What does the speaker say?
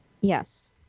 Yes